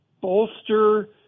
bolster